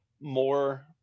more